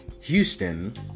Houston